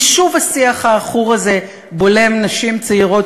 ושוב השיח העכור הזה בולם נשים צעירות